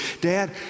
Dad